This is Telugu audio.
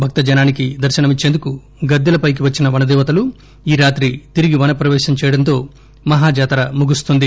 భక్తజనానికి దర్శనమిచ్చేందుకు గద్దెల పైకి వచ్చిన వనదేవతలు ఈ రాత్రి తిరిగి వనప్రవేశం చేయడంతో మహాజాతర ముగుస్తుంది